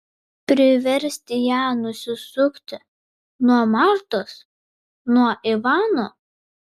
priversti ją nusisukti nuo martos nuo ivano